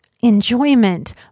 enjoyment